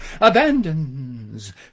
Abandons